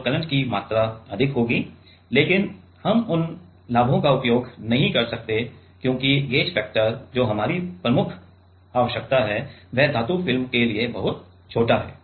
तो करंट की मात्रा अधिक होगी लेकिन हम उन लाभों का उपयोग नहीं कर सकते हैं क्योंकि गेज फैक्टर जो हमारी प्रमुख आवश्यकता है वह धातु फिल्म के लिए बहुत छोटा है